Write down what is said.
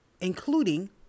including